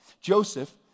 Joseph